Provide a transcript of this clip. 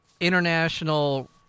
international